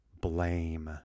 blame